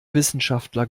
wissenschaftler